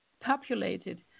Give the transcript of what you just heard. populated